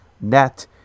net